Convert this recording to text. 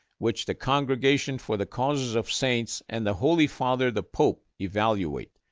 which the congregation for the causes of saints and the holy father, the pope evaluate.